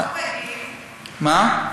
מה?